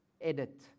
edit